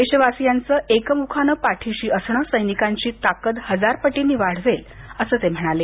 देशवासियांचं एकमुखानं पाठीशी असणं सैनिकांची ताकद हजारपटींनी वाढवेल असं ते म्हणाले